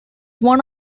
one